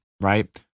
right